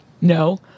No